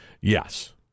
Yes